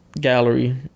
gallery